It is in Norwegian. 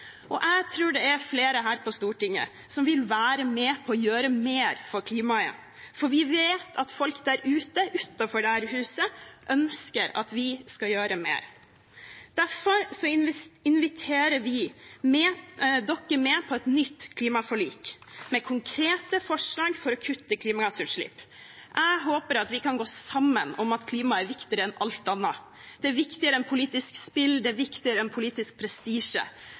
2040. Jeg tror flere her på Stortinget vil være med og gjøre mer for klimaet, for vi vet at folk der ute, utenfor dette huset, ønsker at vi skal gjøre mer. Derfor inviterer vi dere med på et nytt klimaforlik med konkrete forslag for å kutte klimagassutslipp. Jeg håper vi kan gå sammen om at klima er viktigere enn alt annet. Det er viktigere enn politisk spill, og det er viktigere enn politisk prestisje.